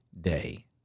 day